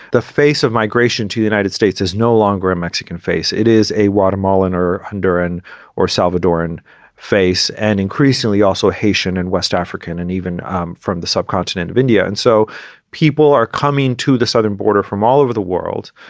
the face of migration to the united states is no longer in mexican face. it is a watermelon or honduran or salvadoran face, and increasingly also haitian and west african and even um from the subcontinent of india. and so people people are coming to the southern border from all over the world.